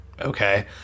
okay